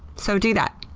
so do that.